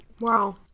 Wow